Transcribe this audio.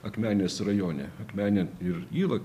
akmenės rajone akmenės ir yra